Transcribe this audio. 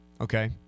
okay